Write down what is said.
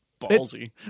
ballsy